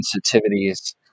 sensitivities